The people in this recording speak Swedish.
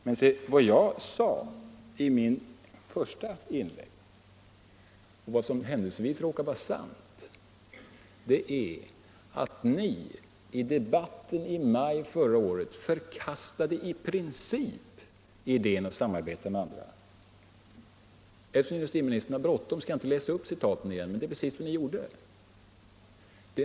Men vad jag sade i mitt första inlägg — och som händelsevis råkar vara sant — är att vi i debatten i maj förra året i princip förkastade idén om att samarbeta med andra. Eftersom industriministern har bråttom skall jag inte läsa upp citaten igen, men det är precis vad vi gjorde.